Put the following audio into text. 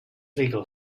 legal